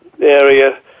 area